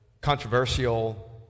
controversial